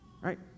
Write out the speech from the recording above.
Right